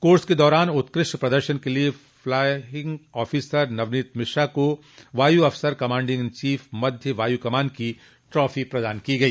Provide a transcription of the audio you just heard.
course के दौरान उत्कृष्ट प्रदर्शन के लिये फ्लाइंस आफीसर नवनीत मिश्रा को वायु अफसर कमांडिंग इन चीफ मध्य वायू कमान की ट्राफी प्रदान की गई